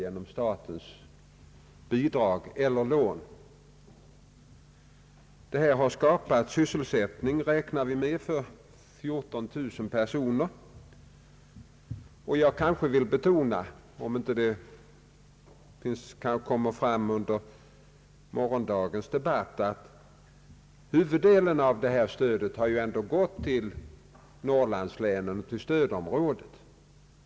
Detta har skapat sysselsättning, räknar vi med, för 14 000 personer. Jag vill betona, om det inte kommer fram under morgondagens debatt, att huvuddelen av detta stöd har gått till norrlandslänen och till stödområdet.